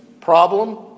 problem